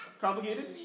Complicated